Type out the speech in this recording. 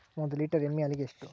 ಒಂದು ಲೇಟರ್ ಎಮ್ಮಿ ಹಾಲಿಗೆ ಎಷ್ಟು?